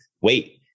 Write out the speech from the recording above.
wait